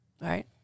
Right